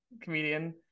comedian